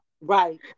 right